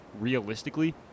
realistically